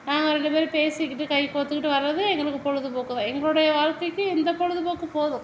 நாங்கள் ரெண்டு பேரும் பேசிகிட்டு கை கோர்த்துக்கிட்டு வரது எங்களுக்கு பொழுதுபோக்கு தான் எங்களுடைய வாழ்க்கைக்கு இந்த பொழுதுபோக்கு போதும்